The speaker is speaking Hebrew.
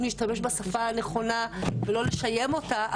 להשתמש בשפה הנכונה ולא לשיים אותה,